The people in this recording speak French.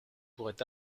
pourrait